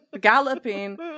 galloping